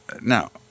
Now